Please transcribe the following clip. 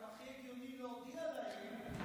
זה גם הכי הגיוני להודיע להם,